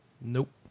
Nope